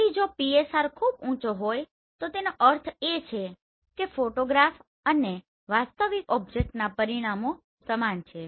તેથી જો PSR ખૂબ ઓછો હોય તો તેનો અર્થ એ છે કે ફોટોગ્રાફ અને વાસ્તવિક ઓબ્જેક્ટના પરિમાણો સમાન છે